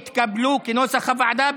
כנוסח הוועדה,